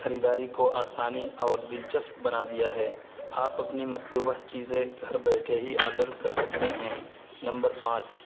خریداری کو آسانی اور دلچسپ بنا دیا ہے آپ اپنی مطلوبہ چیزیں گھر بیٹھے ہی آڈر کر سکتے ہیں نمبر پانچ